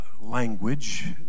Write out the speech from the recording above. language